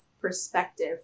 perspective